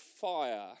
fire